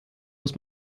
muss